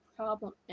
problem